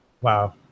Wow